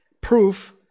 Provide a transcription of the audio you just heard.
Proof